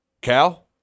Cal –